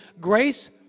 Grace